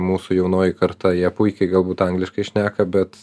mūsų jaunoji karta jie puikiai galbūt angliškai šneka bet